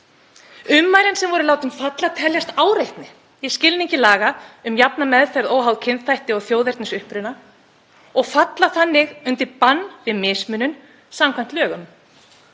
Ummælin sem voru látin falla teljast áreitni í skilningi laga um jafna meðferð óháð kynþætti og þjóðernisuppruna og falla þannig undir bann við mismunun samkvæmt lögum.